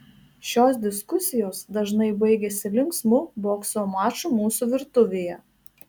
šios diskusijos dažnai baigiasi linksmu bokso maču mūsų virtuvėje